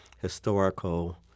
historical